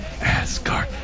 Asgard